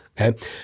Okay